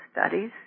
studies